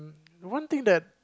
one thing that